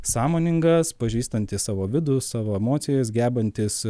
sąmoningas pažįstantis savo vidų savo emocijas gebantis